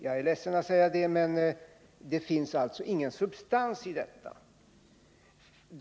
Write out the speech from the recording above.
Det finns ingen substans däri, och jag är ledsen att behöva säga detta.